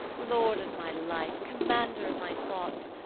lord of my life, commander of my thoughts,